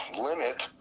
limit